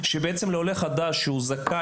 להגיש את העבודה עצמה בשפת